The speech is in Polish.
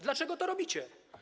Dlaczego to robicie?